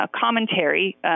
commentary